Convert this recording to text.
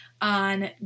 on